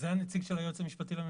זה הנציג של היועץ המשפטי לממשלה.